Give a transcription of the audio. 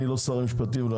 אני לא שר המשפטים.